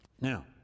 Now